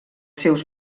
seus